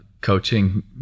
coaching